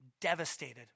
devastated